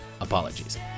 Apologies